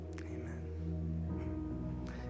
amen